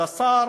אז השר